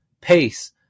pace